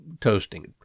toasting